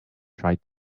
tried